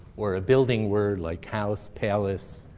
or a building were like house, palace,